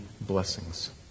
blessings